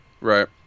Right